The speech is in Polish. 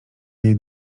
jej